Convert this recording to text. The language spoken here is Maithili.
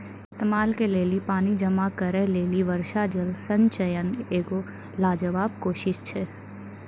इस्तेमाल के लेली पानी जमा करै लेली वर्षा जल संचयन एगो लाजबाब कोशिश छै